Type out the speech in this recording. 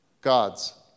God's